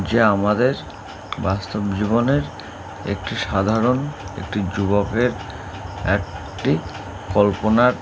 যে আমাদের বাস্তব জীবনের একটি সাধারণ একটি যুবকের একটি কল্পনার